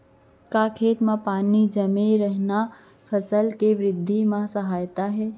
का खेत म पानी जमे रहना फसल के वृद्धि म सहायक हे?